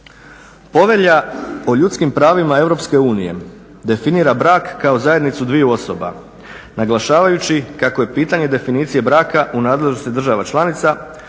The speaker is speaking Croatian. Povelja o ljudskim pravima EU definira brak kao zajednicu dviju osoba naglašavajući kako je pitanje definicije braka u nadležnosti država članica